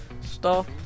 Stop